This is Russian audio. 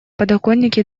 подоконнике